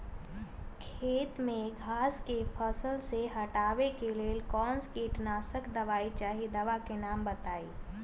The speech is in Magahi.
खेत में घास के फसल से हटावे के लेल कौन किटनाशक दवाई चाहि दवा का नाम बताआई?